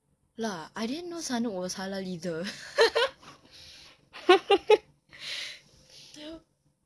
lah I didn't know sanook was halal either